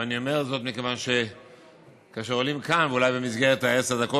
ואני אומר זאת מכיוון שכאשר עולים לכאן אולי במסגרת עשר הדקות